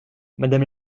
madame